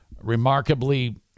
remarkably